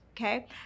okay